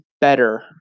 better